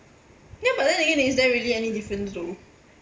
ya but then again is there really any difference though